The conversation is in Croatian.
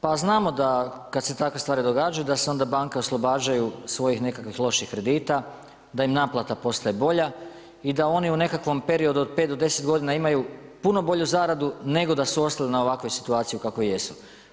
Pa znamo da kada se takve stvari događaju da se onda banke oslobađaju svojih nekakvih loših kredita, da im naplata postaje bolja i da oni u nekakvim periodu od 5 do 10 godina imaju puno bolju zaradu nego da su ostali na ovakvoj situaciji u kakvoj jesu.